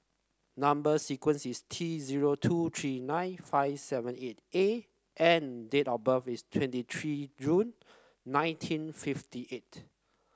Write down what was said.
number sequence is T zero two three nine five seven eight A and date of birth is twenty three June nineteen fifty eight